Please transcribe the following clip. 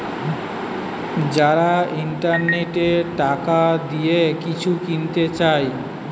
যারা ইন্টারনেটে টাকা দিয়ে কিছু কিনতে চায়